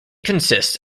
consists